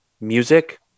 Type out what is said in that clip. music